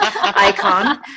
icon